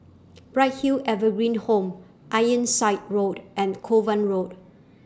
Bright Hill Evergreen Home Ironside Road and Kovan Road